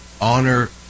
Honor